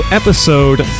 episode